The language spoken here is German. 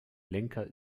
lenker